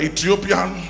Ethiopian